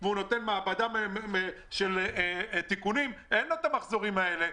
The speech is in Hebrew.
של מעבדה לתיקונים את המחזורים האלה.